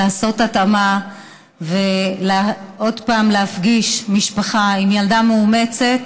לעשות התאמה ועוד פעם להפגיש משפחה עם ילדה מאומצת